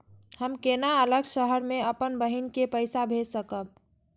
हम केना अलग शहर से अपन बहिन के पैसा भेज सकब?